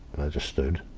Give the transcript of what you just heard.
i just stood.